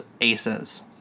aces